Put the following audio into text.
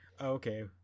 okay